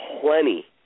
plenty